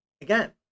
Again